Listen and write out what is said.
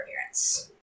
appearance